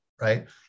right